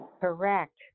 Correct